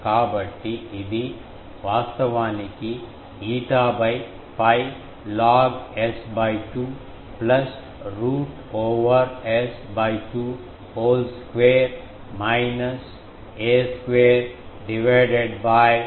కాబట్టి ఇది వాస్తవానికి eta 𝛑 log S 2 plus root over S 2 whole square minus a square divided by a